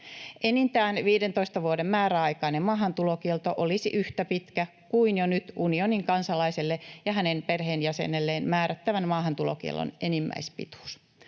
Enintään 15 vuoden määräaikainen maahantulokielto olisi yhtä pitkä kuin jo nyt unionin kansalaiselle ja hänen perheenjäsenelleen määrättävän maahantulokiellon enimmäispituus.